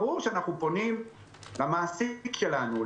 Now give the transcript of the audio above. ברור שאנחנו פונים למעסיק שלנו,